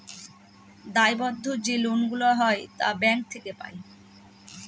দায়বদ্ধ যে লোন গুলা হয় তা ব্যাঙ্ক থেকে পাই